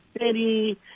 City